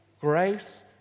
Grace